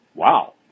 Wow